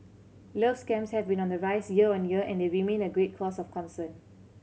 love scams have been on the rise year on year and they remain a great cause of concern